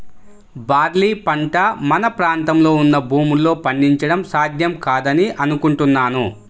barley పంట మన ప్రాంతంలో ఉన్న భూముల్లో పండించడం సాధ్యం కాదని అనుకుంటున్నాను